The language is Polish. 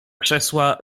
krzesła